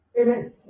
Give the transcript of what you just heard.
Amen